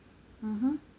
mmhmm